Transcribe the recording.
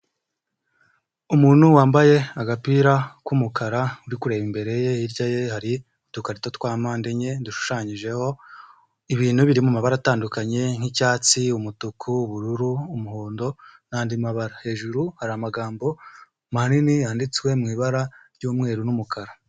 Umuntu wambaye agapira k'umukara uri kureba imbere ye hirya ye hari udukarito twa mpande enye dushushanyijeho ibintu biri mu mabara atandukanye nk'icyatsi, umutuku n'ubururu, umuhondo n'andi mabara hejuru, hari amagambo manini yanditswe mu ibara ry'umweru n'umukara.